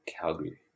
Calgary